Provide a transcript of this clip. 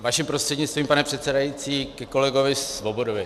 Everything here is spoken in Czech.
Vaším prostřednictvím, pane předsedající, ke kolegovi Svobodovi.